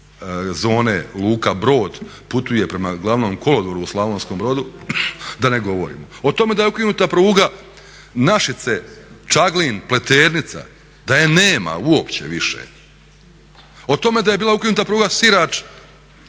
zone luka Brod putuje prema glavnom kolodvoru u Slavonskom Brodu da ne govorim. O tome da je ukinuta pruga Našice – Čaglin – Pleternica, da je nema uopće više, o tome da je bila ukinuta pruga Sirač